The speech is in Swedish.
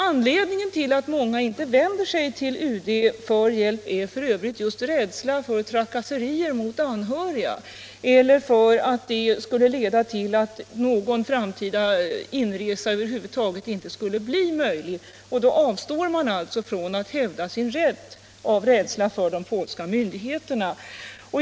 Anledningen till att många inte vänder sig till UD för hjälp är f. ö. just rädslan för trakasserier mot anhöriga, eller för att detta skall leda till att någon framtida inresa över huvud taget inte skulle bli möjlig. Då avstår de alltså från att hävda sin rätt, av rädsla för de polska myndigheterna.